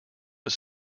but